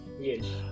yes